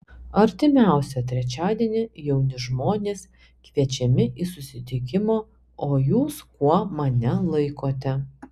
artimiausią trečiadienį jauni žmonės kviečiami į susitikimą o jūs kuo mane laikote